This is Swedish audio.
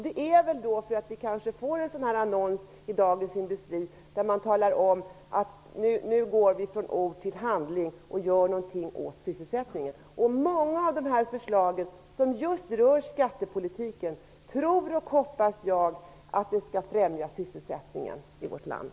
Det är kanske därför att man i en annons i Dagens Industri talar om att vi nu går från ord till handling och gör någonting åt sysselsättningen. Många av förslagen, som just rör skattepolitiken, tror och hoppas jag skall främja sysselsättningen i vårt land.